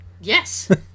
yes